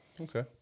Okay